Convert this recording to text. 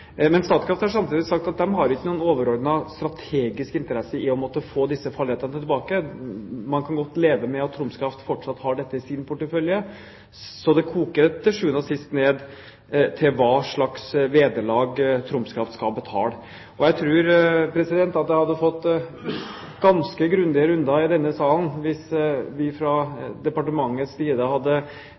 Statkraft har samtidig sagt at de har ikke noen overordnede strategiske interesser av å måtte få disse fallrettighetene tilbake. Man kan godt leve med at Troms Kraft fortsatt har dette i sin portefølje. Det koker til sjuende og sist ned til hva slags vederlag Troms Kraft skal betale. Jeg tror jeg hadde fått ganske grundige runder i denne salen hvis vi fra departementets side hadde